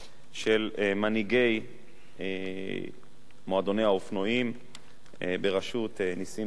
מנהיגי מועדוני האופנועים בראשות נסים בנימין,